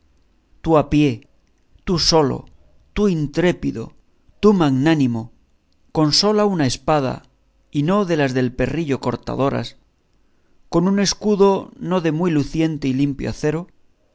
tú a pie tú solo tú intrépido tú magnánimo con sola una espada y no de las del perrillo cortadoras con un escudo no de muy luciente y limpio acero